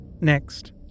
Next